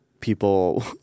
people